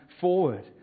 forward